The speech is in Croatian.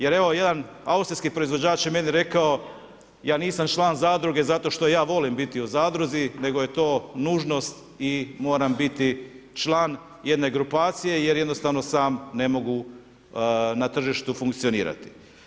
Jer evo, jedan austrijski proizvođač je meni rekao, ja nisam član zadruge zato što ja volim biti u zadruzi, nego je to nužnost i moram biti član jedne grupacije jer jednostavno sam ne mogu na tržištu funkcionirati.